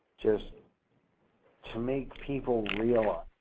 just to make people realize